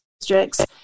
districts